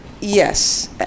Yes